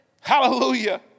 Hallelujah